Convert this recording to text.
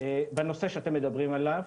בנושא שאתם מדברים עליו,